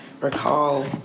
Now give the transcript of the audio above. recall